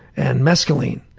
and mescaline.